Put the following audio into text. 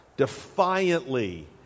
defiantly